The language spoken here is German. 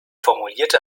formulierte